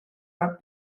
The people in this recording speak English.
were